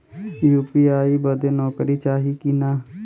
UPI बदे नौकरी चाही की ना?